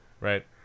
right